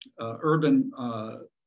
Urban